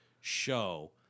show